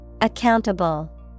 Accountable